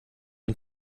dem